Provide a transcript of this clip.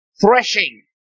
threshing